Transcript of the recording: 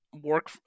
work